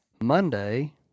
Monday